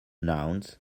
nouns